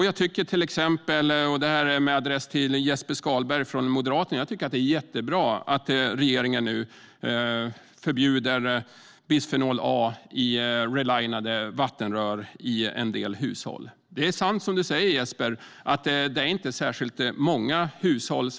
Jag tycker till exempel - detta med adress till Jesper Skalberg Karlsson från Moderaterna - att det är jättebra att regeringen nu förbjuder bisfenol A i relinade vattenrör i en del hushåll. Det är sant, som Jesper Skalberg Karlsson säger, att det inte handlar om särskilt många hushåll.